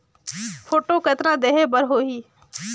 Photo कतना देहें बर होहि?